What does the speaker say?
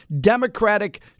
Democratic